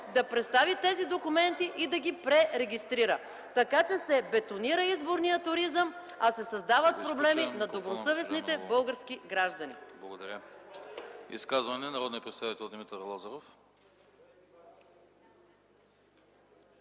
да представи тези документи и да ги пререгистрира. Така че се бетонира изборният туризъм, а се създават проблеми на добросъвестните български граждани.